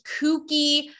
kooky